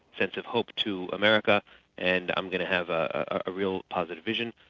sense of hope to america and i'm going to have a real positive vision.